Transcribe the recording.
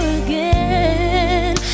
again